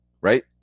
right